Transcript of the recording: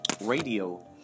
radio